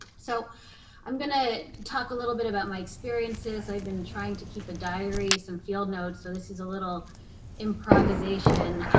so i'm going to talk a little bit about my experiences. i've been trying to keep a diary, some field notes. so this is a little improvisation.